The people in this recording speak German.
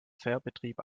fährbetrieb